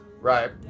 Right